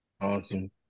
Awesome